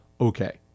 Okay